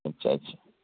اچھا اچھا